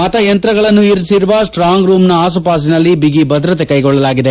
ಮತಯಂತ್ರಗಳನ್ನು ಇರಿಸಿರುವ ಸ್ಟಾಂಗ್ ರೂಮ್ನ ಆಸು ಪಾಸಿನಲ್ಲಿ ಬಿಗಿ ಭದ್ರತೆ ಕೈಗೊಳ್ಳಲಾಗಿದೆ